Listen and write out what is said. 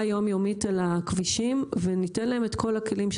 היום-יומית על הכבישים וניתן להם את כל הכלים,